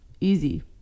Easy